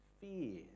fear